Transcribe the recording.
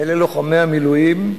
אלה לוחמי המילואים,